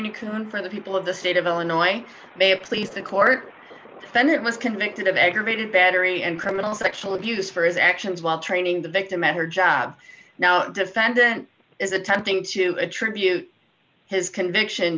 concern for the people of the state of illinois may please the court then it was convicted of aggravated battery and criminal sexual abuse for his actions while training the victim at her job now defendant is attempting to attribute his conviction